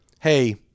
hey